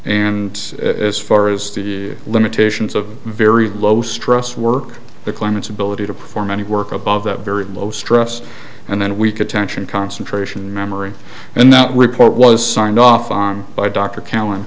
and as far as the limitations of very low stress work the climate's ability to perform any work above that very low stress and then we could tension concentration memory and that report was signed off on by d